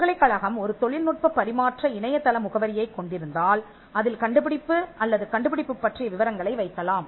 பல்கலைக்கழகம் ஒரு தொழில்நுட்பப் பரிமாற்ற இணையதள முகவரியைக் கொண்டிருந்தால் அதில் கண்டுபிடிப்பு அல்லது கண்டுபிடிப்பு பற்றிய விவரங்களை வைக்கலாம்